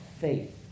faith